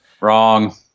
Wrong